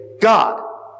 God